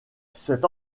cet